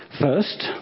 First